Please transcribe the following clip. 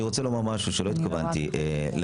אני רוצה לומר משהו שלא התכוונתי להגיד.